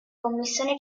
commissione